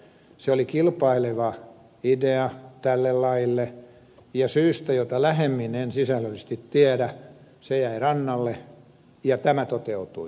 se oli kilpaileva idea tälle laille ja syystä jota lähemmin en sisällöllisesti tiedä se jäi rannalle ja tämä toteutui